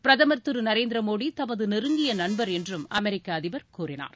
பிரதம் திரு நரேந்திர மோடி தமது நெருங்கிய நண்பர் என்றும் அமெரிக்க அதிபர் கூறினார்